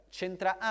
C'entra